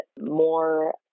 more